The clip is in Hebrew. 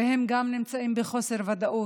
וגם הם נמצאים בחוסר ודאות.